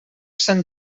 sant